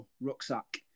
Rucksack